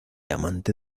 amante